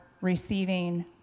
receiving